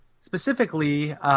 specifically